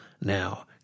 now